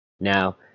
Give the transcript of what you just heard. Now